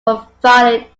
provided